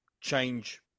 change